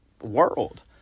world